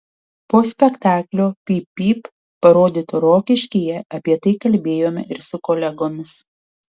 po spektaklio pyp pyp parodyto rokiškyje apie tai kalbėjome ir su kolegomis